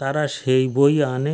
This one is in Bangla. তারা সেই বই আনে